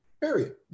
period